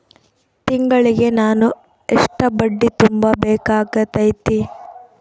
ತಿಂಗಳಿಗೆ ನಾನು ಎಷ್ಟ ಬಡ್ಡಿ ತುಂಬಾ ಬೇಕಾಗತೈತಿ?